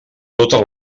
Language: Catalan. totes